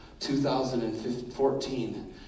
2014